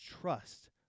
trust